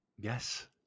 Yes